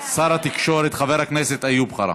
שר התקשורת חבר הכנסת איוב קרא.